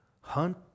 hunt